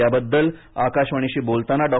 याबद्दल आकाशवाणीशी बोलताना डॉ